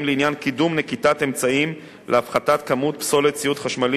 לעניין קידום נקיטת אמצעים להפחתת כמות פסולת ציוד חשמלי